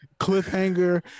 Cliffhanger